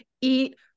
eat